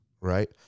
right